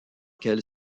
quelles